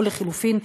ולחלופין,